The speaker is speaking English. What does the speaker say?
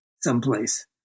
someplace